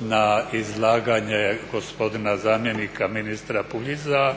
na izlaganje gospodina zamjenika ministra Puljiza,